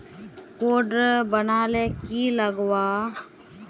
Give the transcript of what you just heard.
Card बना ले की लगाव?